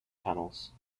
tunnels